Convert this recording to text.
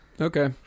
Okay